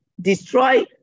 destroy